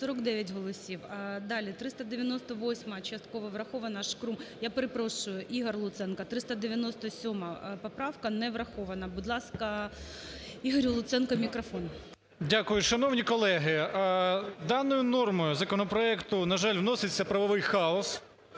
Дякую. Шановні колеги, даною нормою законопроекту, на жаль, вноситься правовий хаос,